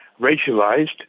racialized